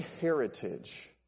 heritage